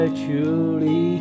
truly